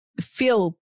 feel